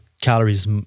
calories